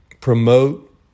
promote